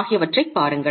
ஆகியவற்றைப் பாருங்கள்